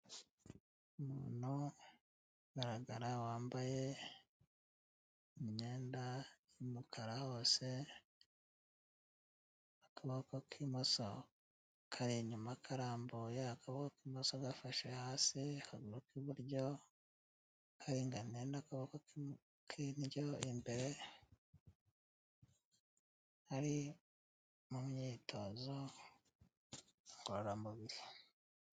Umuntu ugaragara wambaye imyenda y'umukara hose, akaboko k'imoso kari inyuma karambuye, akaboko k'imoso gafashe hasi, akaguru k'iburyo karinganiye n'akaboko k'indyo imbere, ari mu myitozo ngororamubiri.